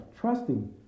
trusting